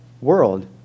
world